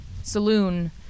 saloon